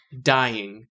dying